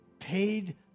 paid